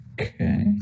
Okay